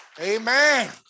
Amen